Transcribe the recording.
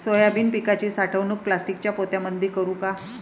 Soybean पिकाची साठवणूक प्लास्टिकच्या पोत्यामंदी करू का?